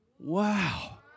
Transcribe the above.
Wow